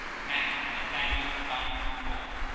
mac nathaniel barnes the fourth